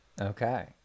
Okay